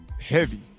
heavy